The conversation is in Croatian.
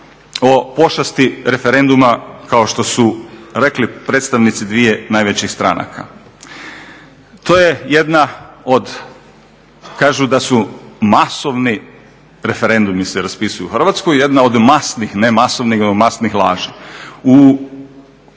o pošasti referenduma kao što su rekli predstavnici dviju najvećih stranaka. To je jedna od, kažu da su, masovni referendumi se raspisuju u Hrvatskoj, jedna od masnih, ne masovnih, nego masnih laži.